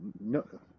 No